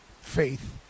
faith